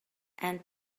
and